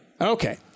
Okay